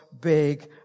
big